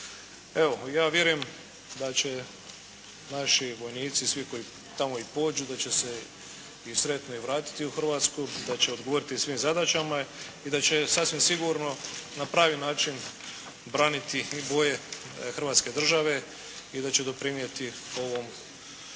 Evo ja vjerujem da će naši vojnici i svi koji tamo i pođu da će se i sretno i vratiti u Hrvatsku, da će odgovoriti svim zadaćama i da će sasvim sigurno na pravi način braniti i boje Hrvatske Države i da će doprinijeti ovoj